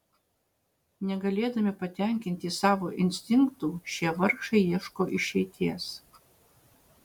negalėdami patenkinti savo instinktų šie vargšai ieško išeities